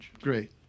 Great